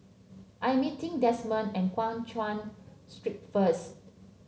I'm meeting Desmond at Guan Chuan Street first